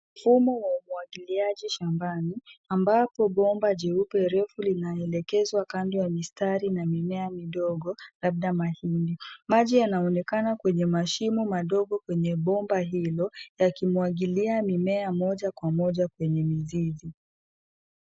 Mfumo wa umwagiliaji shambani, ambapo bomba jeupe refu linaelekezwa kando ya mistari na mimea midogo, labda mahindi. Maji yanaonekana kwenye mashimo madogo kwenye bomba hilo yakimwagilia mimea moja kwa moja kwenye mizizi.